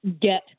get